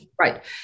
Right